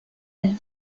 elle